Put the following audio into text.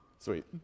Sweet